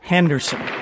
Henderson